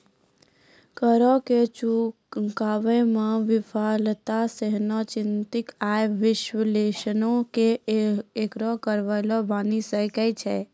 करो के चुकाबै मे विफलता सेहो निश्चित आय विश्लेषणो के एगो कारण बनि सकै छै